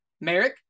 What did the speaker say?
Merrick